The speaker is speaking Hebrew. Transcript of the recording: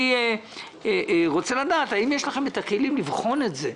אני רוצה לדעת האם יש לכם את הכלים לבחון את זה,